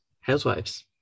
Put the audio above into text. Housewives